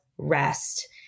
Rest